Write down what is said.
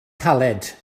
caled